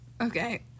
Okay